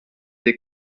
des